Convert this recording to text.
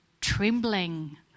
trembling